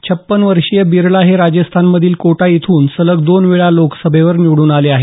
छप्पन वर्षीय बिर्ला हे राजस्थान मधील कोटा इथून सलग दोन वेळा लोकसभेवर निवडून आले आहेत